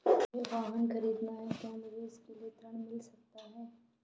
मुझे वाहन ख़रीदना है क्या मुझे इसके लिए ऋण मिल सकता है?